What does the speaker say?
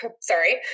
sorry